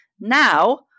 Now